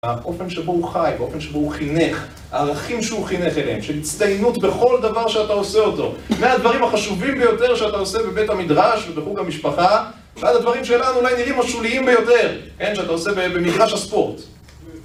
באופן שבו הוא חי, באופן שבו הוא חינך, הערכים שהוא חינך אליהם, של הצטיינות בכל דבר שאתה עושה אותו מה הדברים החשובים ביותר שאתה עושה בבית המדרש ובחוג המשפחה ומה הדברים שלנו אולי נראים משוליים ביותר, אין, שאתה עושה במגרש הספורט